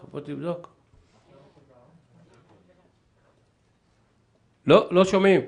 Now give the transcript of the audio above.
כמה מתוך הפריסה האוניברסאלית הם אוכלוסייה